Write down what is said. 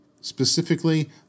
specifically